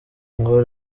ngo